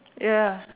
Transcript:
ya